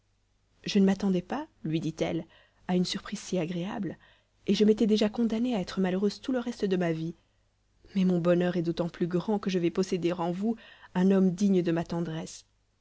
je ne m'attendais pas lui dit-elle à une surprise si agréable et je m'étais déjà condamnée à être malheureuse tout le reste de ma vie mais mon bonheur est d'autant plus grand que je vais posséder en vous un homme digne de ma tendresse